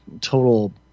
total